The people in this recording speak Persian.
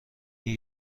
این